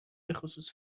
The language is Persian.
بخصوص